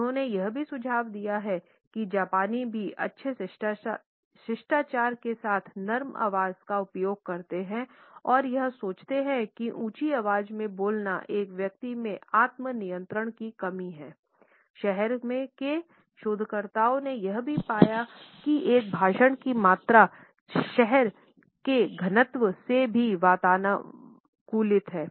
उन्होंने यह भी सुझाव दिया है कि जापानी भी अच्छे शिष्टाचार के साथ नरम आवाज़ का उपयोग करते हैं और यह सोचते हैं कि ऊँची आवाज़ में बोलना एक व्यक्ति में आत्म नियंत्रण की कमी है शहर के शोधकर्ताओं ने यह भी पाया कि एक भाषण की मात्रा शहर के घनत्व से भी वातानुकूलित है